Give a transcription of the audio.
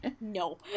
No